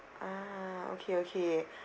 ah okay okay